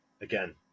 Again